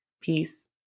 Peace